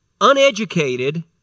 uneducated